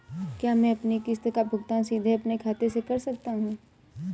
क्या मैं अपनी किश्त का भुगतान सीधे अपने खाते से कर सकता हूँ?